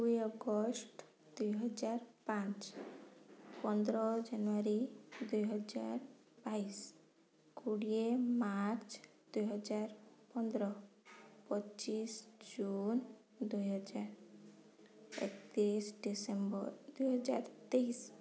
ଦୁଇ ଅଗଷ୍ଟ ଦୁଇ ହଜାର ପାଞ୍ଚ ପନ୍ଦର ଜାନୁୟାରୀ ଦୁଇ ହଜାର ବାଇଶି କୋଡ଼ିଏ ମାର୍ଚ୍ଚ ଦୁଇ ହଜାର ପନ୍ଦର ପଚିଶ ଜୁନ୍ ଦୁଇ ହଜାର ଏକତିରିଶି ଡିସେମ୍ବର ଦୁଇ ହଜାର ତେଇଶି